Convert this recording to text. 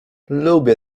lubię